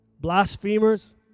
blasphemers